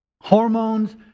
hormones